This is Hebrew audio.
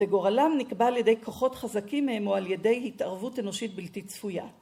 וגורלם נקבע על ידי כוחות חזקים מהם או על ידי התערבות אנושית בלתי צפויה.